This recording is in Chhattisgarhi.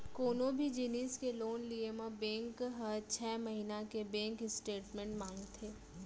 कोनों भी जिनिस के लोन लिये म बेंक हर छै महिना के बेंक स्टेटमेंट मांगथे